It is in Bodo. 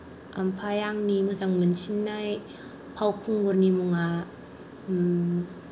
ओमफ्राय आंनि मोजां मोनसिननाय फावखुंगुरनि मुङा